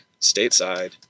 stateside